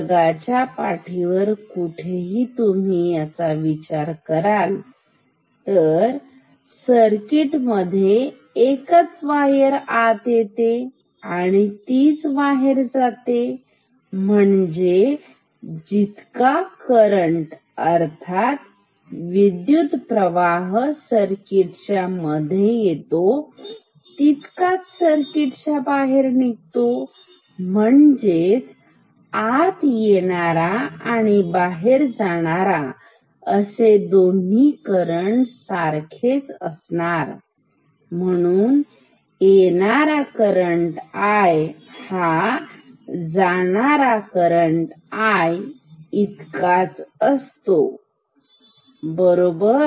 जगाच्या पाठीवर कुठेही तुम्ही याचा विचार करा इथे म्हणजे सर्किट मध्ये एकच वायर आत येते आणि तीच वायर बाहेर जाते म्हणजेच जितका करंट विद्युत प्रवाह सर्किट च्या मध्ये येतो तितकाच सर्किट त्याच्या बाहेर निघतो म्हणजेच आत येणारा आणि बाहेर जाणार असे दोन्ही करंट सारखेच असणार म्हणून येणारा करंट हा जाणाऱ्या करंट इतकाच असतोबरोबर